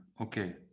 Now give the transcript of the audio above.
Okay